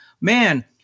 Man